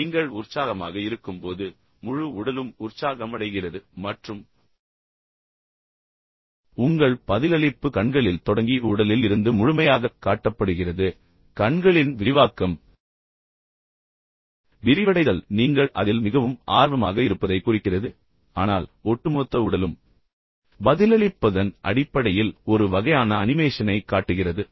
நீங்கள் உற்சாகமாக இருக்கும்போது முழு உடலும் உற்சாகம் அடைகிறது மற்றும் உங்கள் பதிலளிப்பு கண்களில் தொடங்கி உடலில் இருந்து முழுமையாகக் காட்டப்படுகிறது கண்களின் விரிவாக்கம் விரிவடைதல் நீங்கள் அதில் மிகவும் ஆர்வமாக இருப்பதை குறிக்கிறது ஆனால் ஒட்டுமொத்த உடலும் பதிலளிப்பதன் அடிப்படையில் ஒரு வகையான அனிமேஷனைக் காட்டுகிறது